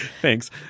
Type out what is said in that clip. Thanks